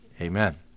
amen